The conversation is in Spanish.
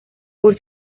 por